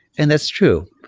and that's true.